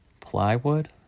plywood